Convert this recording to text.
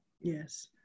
Yes